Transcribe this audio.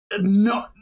No